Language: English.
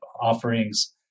offerings